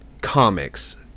comics